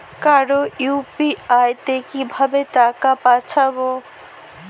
কারো ইউ.পি.আই তে কিভাবে টাকা পাঠাবো?